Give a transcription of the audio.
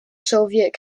soviet